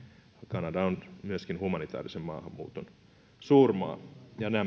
kanada on myöskin humanitäärisen maahanmuuton suurmaa ja nämähän